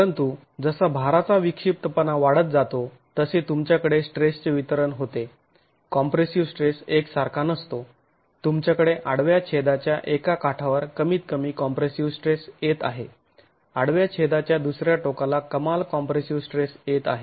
परंतु जसा भाराचा विक्षिप्तपणा वाढत जातो तसे तुमच्याकडे स्ट्रेसचे वितरण होते कॉम्प्रेसीव स्ट्रेस एकसारखा नसतो तुमच्याकडे आडव्या छेदाच्या एका काठावर कमीत कमी कॉम्प्रेसीव स्ट्रेस येत आहे आडव्या छेदाच्या दुसऱ्या टोकाला कमाल कॉम्प्रेसीव स्ट्रेस येत आहे